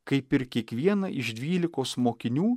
kaip ir kiekvieną iš dvylikos mokinių